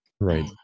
Right